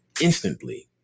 instantly